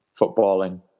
footballing